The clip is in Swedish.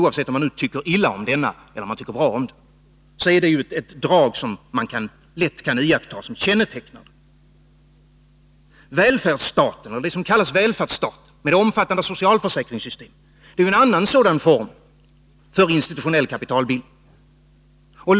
Oavsett om man nu tycker illa eller bra om den, är det ju ett drag som man lätt kan iaktta såsom kännetecknande. Det som kallas välfärdsstaten, med omfattande socialförsäkringssystem, är en annan form för institutionell kapitalbildning.